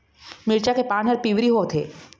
मिरचा के पान हर पिवरी होवथे?